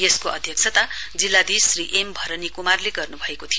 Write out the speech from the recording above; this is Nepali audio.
यसको अध्यक्षता जिल्लाधीश श्री एम भरनी क्मारले गर्न्भएको थियो